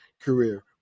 career